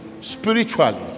Spiritually